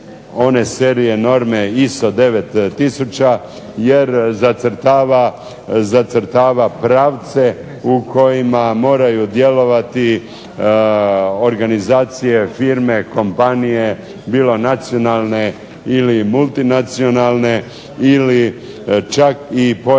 one serije normi ISO 9000 jer zacrtava pravce u kojima moraju djelovati organizacije, firme, kompanije, bilo nacionalne ili multinacionalne ili čak i pojedine